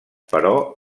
però